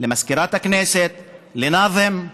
למזכירת הכנסת, לנאזם.